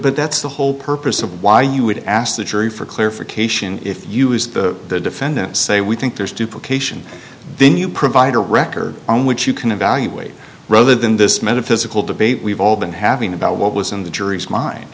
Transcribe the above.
but that's the whole purpose of why you would ask the jury for clarification if you is the defendant say we think there's duplication then you provide a record on which you can evaluate rather than this metaphysical debate we've all been having about what was in the jury's mind